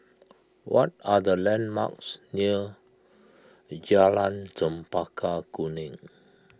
what are the landmarks near Jalan Chempaka Kuning